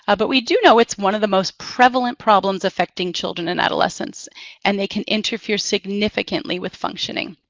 ah but we do know it's one of the most prevalent problems affecting children and adolescents and they can interfere significantly with functioning.